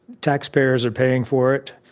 taxpayers are paying for it.